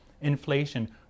inflation